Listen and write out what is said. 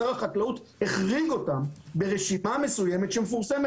משרד החקלאות החריג אותם ברשימה מסוימת שמפורסמת.